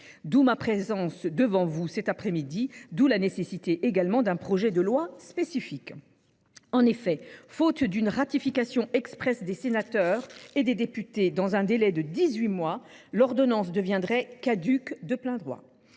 ma présence devant vous cet après midi et la nécessité d’un projet de loi spécifique. En effet, faute d’une ratification expresse des sénateurs et des députés dans un délai de dix huit mois, l’ordonnance deviendrait caduque de plein droit.